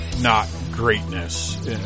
not-greatness